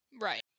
right